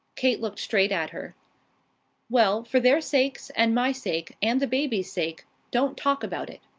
kate looked straight at her well, for their sakes and my sake, and the babies' sake, don't talk about it.